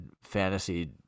fantasy